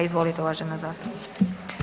Izvolite uvažena zastupnice.